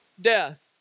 death